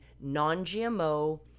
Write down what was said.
non-GMO